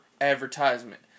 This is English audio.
advertisement